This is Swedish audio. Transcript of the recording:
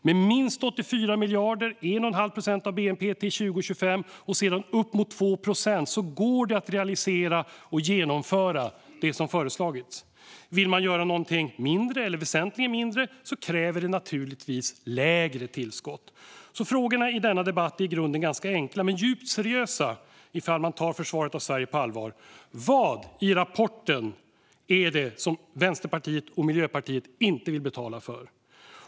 Med minst 84 miljarder - 1,5 procent av bnp - till 2025 och sedan upp mot 2 procent går det att realisera och genomföra det som föreslagits. Vill man göra något mindre eller väsentligen mindre kräver det naturligtvis lägre tillskott. Frågorna i denna debatt är alltså i grunden ganska enkla men djupt seriösa ifall man tar försvaret av Sverige på allvar. Vad i rapporten är det som Vänsterpartiet och Miljöpartiet inte vill betala för?